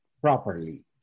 properly